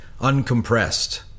uncompressed